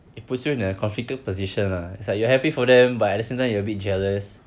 it puts you in a conflicted position lah it's like you're happy for them but at the same time you're a bit jealous